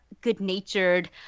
good-natured